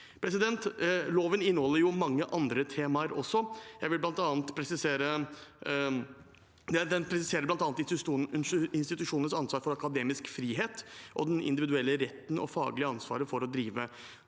karakter. Loven inneholder mange andre temaer også. Den presiserer bl.a. institusjonenes ansvar for akademisk frihet og den individuelle retten og det faglige ansvaret for å drive